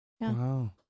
Wow